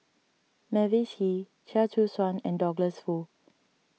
Mavis Hee Chia Choo Suan and Douglas Foo